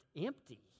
empty